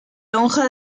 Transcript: lonja